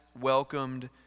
welcomed